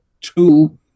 two